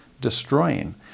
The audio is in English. destroying